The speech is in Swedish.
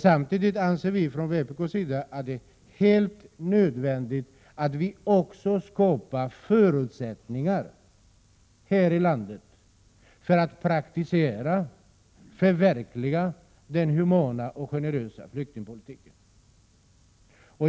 Samtidigt anser vi från vpk att det är helt nödvändigt att vi även skapar förutsättningar här i landet för att praktisera och förverkliga den humana och generösa flyktingpolitiken.